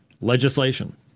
Legislation